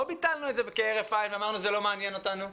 לא ביטלנו את זה כהרף עין ואמרנו שזה לא מעניין אותנו.